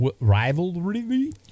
rivalry